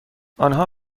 آنها